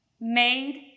Made